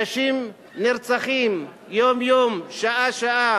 אנשים נרצחים יום-יום, שעה-שעה.